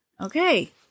Okay